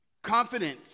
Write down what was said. Confidence